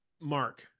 Mark